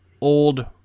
old